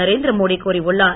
நரேந்திரமோடி கூறியுள்ளார்